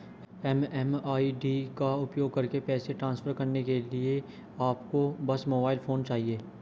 MMID का उपयोग करके पैसे ट्रांसफर करने के लिए आपको बस मोबाइल फोन चाहिए